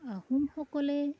আহোমসকলে